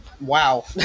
Wow